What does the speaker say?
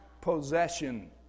possession